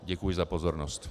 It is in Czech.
Děkuji za pozornost.